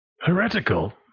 Heretical